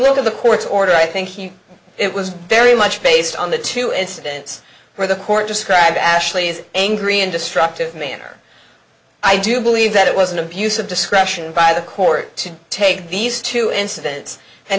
look at the court's order i think he it was very much based on the two incidents where the court described ashley is angry and destructive manner i do believe that it was an abuse of discretion by the court to take these two incidents and